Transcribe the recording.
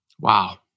Wow